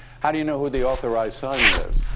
how do you know who the authorized signer is?